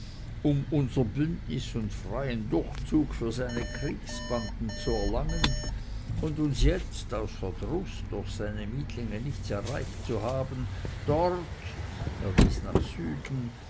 um unser bündnis und freien durchzug für seine kriegsbanden zu erlangen und uns jetzt aus verdruß durch seine mietlinge nichts erreicht zu haben dort er wies nach süden